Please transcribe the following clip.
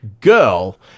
girl